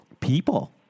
people